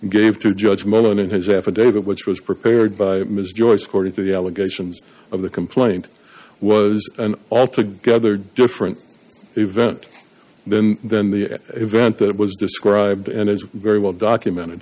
gave to judgment in his affidavit which was prepared by ms joyce according to the allegations of the complaint was an altogether different event than than the event that was described as very well documented